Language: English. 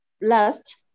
last